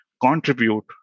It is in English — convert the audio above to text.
contribute